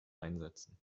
einsetzen